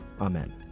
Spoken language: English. Amen